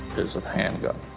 is a handgun.